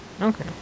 okay